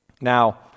now